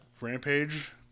Rampage